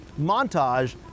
montage